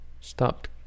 stopped